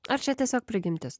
ar čia tiesiog prigimtis